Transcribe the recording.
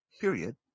Period